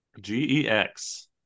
G-E-X